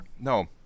no